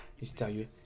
mystérieux